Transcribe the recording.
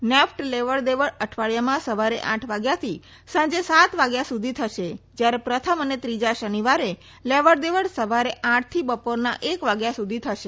NEFT લેવડ દેવડ અઠવાડીયામાં સવારે આઠ વાગ્યાથી સાંજે સાત વાગ્યા સુધી થશે જયારે પ્રથમ અને ત્રીજા શનિવારે લેવડ દેવડ સવારે આઠથી બપોરના એક વાગ્યા સુધી થશે